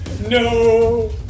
No